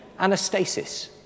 anastasis